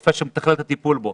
הרופא שמתכלל את הטיפול בו.